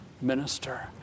minister